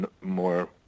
more